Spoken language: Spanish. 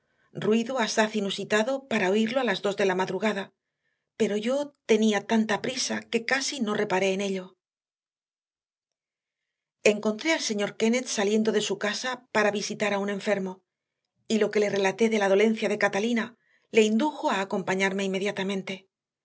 ruido asaz inusitado para oírlo a las dos de la madrugada pero yo tenía tanta prisa que casi no reparé en ello encontré al señor kennett saliendo de su casa para visitar a un enfermo y lo que le relaté de la dolencia de catalina le indujo a acompañarme inmediatamente